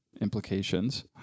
implications